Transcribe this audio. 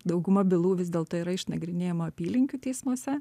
dauguma bylų vis dėlto yra išnagrinėjama apylinkių teismuose